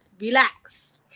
relax